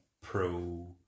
pro-